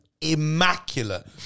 Immaculate